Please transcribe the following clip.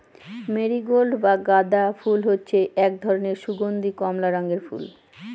marigold বা গাঁদা ফুল হচ্ছে এক ধরনের সুগন্ধীয় কমলা রঙের ফুল